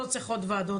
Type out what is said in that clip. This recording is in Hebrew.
לא צריך עוד ועדות.